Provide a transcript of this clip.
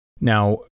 Now